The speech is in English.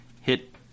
hit